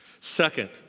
Second